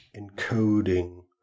encoding